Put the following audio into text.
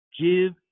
give